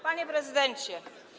Panie Prezydencie!